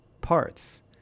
parts